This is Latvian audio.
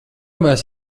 mēs